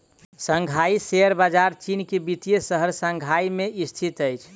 Shanghai share बजार चीन के वित्तीय शहर शंघाई में स्थित अछि